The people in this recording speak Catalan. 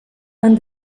han